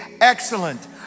excellent